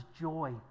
joy